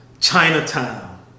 Chinatown